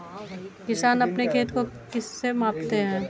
किसान अपने खेत को किससे मापते हैं?